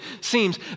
seems